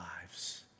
lives